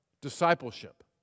discipleship